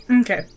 Okay